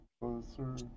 closer